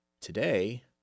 today-